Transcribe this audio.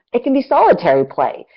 it can be solitary play,